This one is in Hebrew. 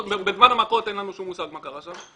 בזמן המכות אין לנו שום מושג מה קרה שם.